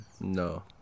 no